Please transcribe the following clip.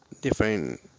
different